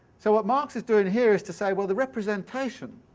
so what marx is doing here is to say well, the representation,